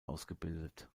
ausgebildet